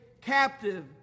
captive